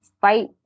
fight